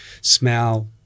smell